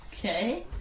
Okay